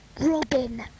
Robin